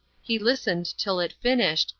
he listened till it finished,